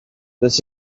this